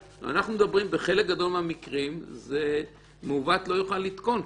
בחלק גדול מהמקרים זה "מעוות לא יוכל לתקון".